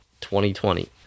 2020